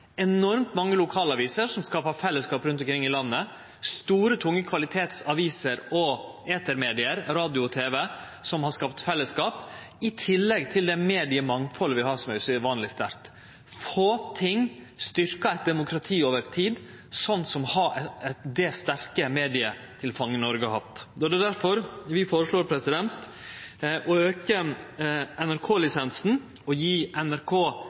enormt mange lokalaviser, som skapar fellesskap rundt omkring i landet, og vi har store, tunge kvalitetsaviser og etermedium, radio og tv, som har skapt fellesskap, i tillegg til det mediemangfaldet vi har som er uvanleg sterkt. Få ting styrkjer eit demokrati over tid slik som det sterke medietilfanget Noreg har hatt. Det er difor vi føreslår å auke NRK-lisensen og gje NRK